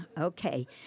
Okay